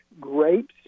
grapes